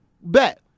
bet